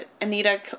Anita